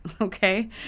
okay